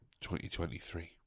2023